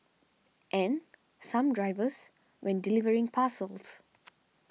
and some drivers when delivering parcels